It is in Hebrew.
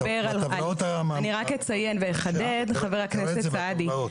אני רק אציין ואחדד, חבר הכנסת סעדי.